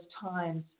times